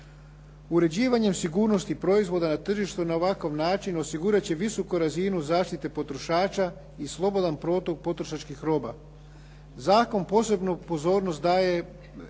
Uređivanjem sigurnosti proizvoda na tržištu na ovakav način osigurat će visoku razinu zaštite potrošača i slobodan protok potrošačkih roba. Zakon posebnu pozornost daje